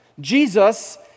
Jesus